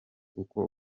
uko